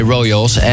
Royals